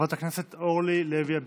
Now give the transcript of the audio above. חברת הכנסת אורלי לוי אבקסיס.